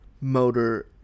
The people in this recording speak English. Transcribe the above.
motor